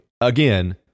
again